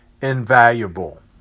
invaluable